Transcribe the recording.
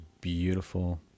beautiful